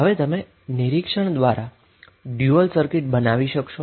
કારણ કે તમે નિરીક્ષણ દ્વારા ડયુઅલ સર્કિટ બનાવી શકશો